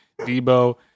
Debo